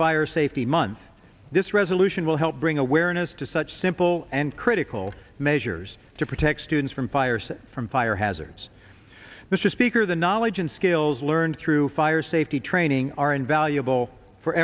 fire safety month this resolution will help bring awareness to such simple and critical measures to protect students from fires from fire hazards mr speaker the knowledge and skills learned through fire safety training are invaluable for